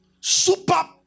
super